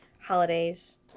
holidays